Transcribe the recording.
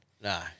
No